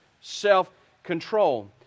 Self-control